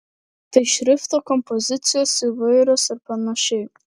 tai šrifto kompozicijos įvairios ir panašiai